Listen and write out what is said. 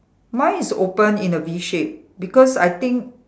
mine is open in a V shape because I think